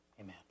Amen